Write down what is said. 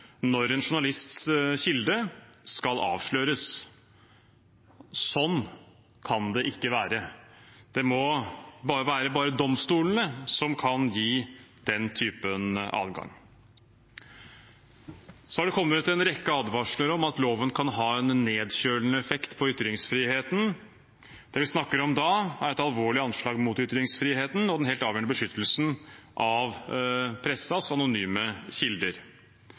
når en journalists kilde skal avsløres. Sånn kan det ikke være. Det må være bare domstolene som kan gi den typen adgang. Så har det kommet en rekke advarsler om at loven kan ha en nedkjølende effekt på ytringsfriheten. Det vi snakker om da, er et alvorlig anslag mot ytringsfriheten og den helt avgjørende beskyttelsen av pressens anonyme kilder.